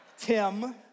Tim